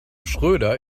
schröder